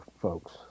folks